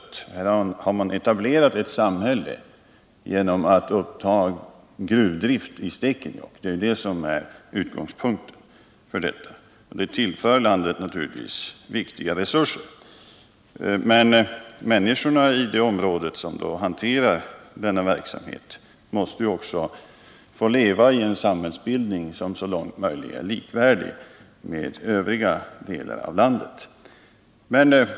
Här har ett samhälle etablerats genom att gruvdrift tagits upp i Stekenjokk -— det är detta som är utgångspunkten. Den verksamheten tillför naturligtvis landet viktiga resurser, men människorna i området där verksamheten bedrivs måste ju också få leva i en samhällsbildning som så långt möjligt är likvärdig med övriga delar av landet.